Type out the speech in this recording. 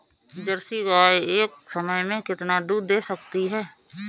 Jersey गाय एक समय में कितना दूध दे सकती है?